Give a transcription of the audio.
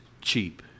cheap